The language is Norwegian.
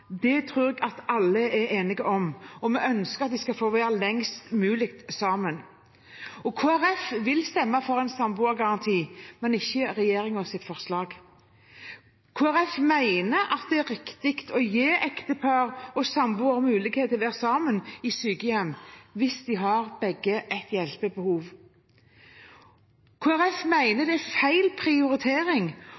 Det tror jeg alle er enige om, men vi ønsker at en skal få være lengst mulig sammen. Kristelig Folkeparti vil stemme for en samboergaranti, men ikke for regjeringens forslag. Kristelig Folkeparti mener det er riktig å gi ektepar og samboere mulighet til å være sammen i sykehjem hvis de begge har et hjelpebehov.